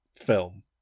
film